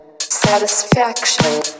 Satisfaction